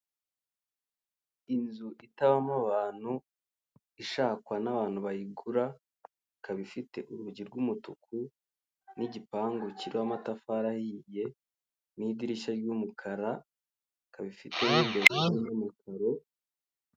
Inzu itabamo abantu ishakwa n'abantu bayigura ikaba ifite urugi rw'umutuku n'igipangu kiriho amatafari ahiye, ni idirishya ry'umukara ikaba ifite mo imbere irangi ry'umukara.